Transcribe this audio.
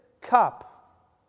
cup